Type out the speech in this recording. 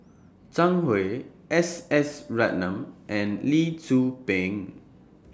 Zhang Hui S S Ratnam and Lee Tzu Pheng